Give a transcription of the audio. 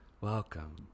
Welcome